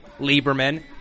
Lieberman